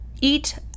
eat